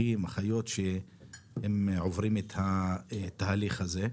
אחים אחיות שהם עוברים את התהליך הזה.